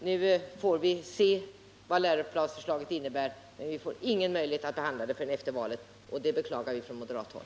Nu får vi se vad läroplansförslaget innebär, men vi får ingen möjlighet att behandla det förrän efter valet. Det beklagar vi från moderat håll.